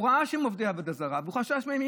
הוא ראה שהם עובדי עבודה זרה, והוא חשש מהם.